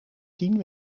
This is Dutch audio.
tien